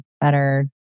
better